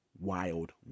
wild